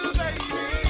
baby